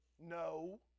No